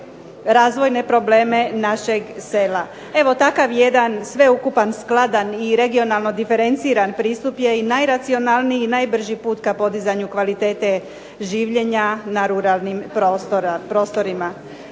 razvojne probleme našeg sela. Evo takav jedan sveukupan skladan i regionalno diferenciran pristup je i najracionalniji i najbrži put ka podizanju kvalitete življenja na ruralnim prostorima.